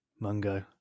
Mungo